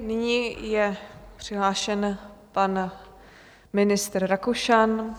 Nyní je přihlášen pan ministr Rakušan.